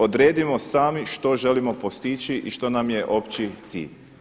Odredimo sami što želimo postići i što nam je opći cilj.